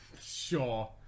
Sure